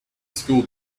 school